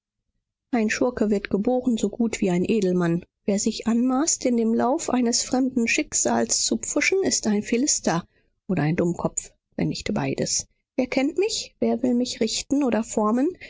ein schurke wird geboren so gut wie ein edelmann wer sich anmaßt in den lauf eines fremden schicksals zu pfuschen ist ein philister oder ein dummkopf wenn nicht beides wer kennt mich wer will mich richten oder formen